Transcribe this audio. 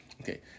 okay